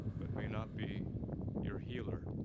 but may not be your healer.